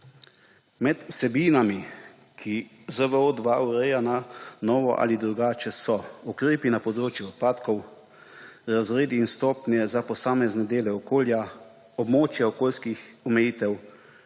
Med vsebinami, ki jih ZVO-2 ureja na novo ali drugače, so: ukrepi na področju odpadkov, razredi in stopnje za posamezne dele okolja, območja okoljskih omejitev,